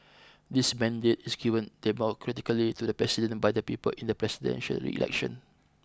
this mandate is given democratically to the president by the people in the presidential election